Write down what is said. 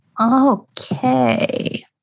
Okay